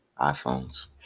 iPhones